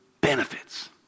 benefits